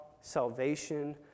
salvation